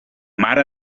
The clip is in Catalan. mare